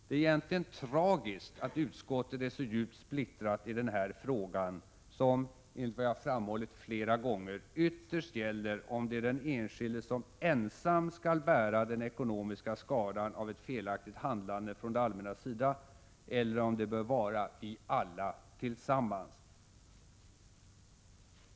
Det är egentligen tragiskt att utskottet är så djupt splittrat i den här frågan, som — enligt vad jag framhållit flera gånger — ytterst gäller om det är den enskilde som ensam skall bära den ekonomiska skadan av ett felaktigt handlande från det allmännas sida eller om det bör vara vi alla tillsammans.